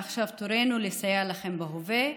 ועכשיו תורנו לסייע לכם בהווה.